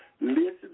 Listen